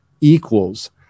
equals